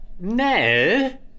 No